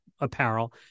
apparel